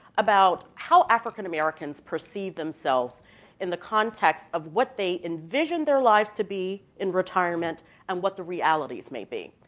about how african-americans perceived themselves in the context of what they envisioned their lives to be in retirement and what the realities may be.